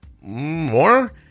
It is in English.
More